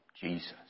Jesus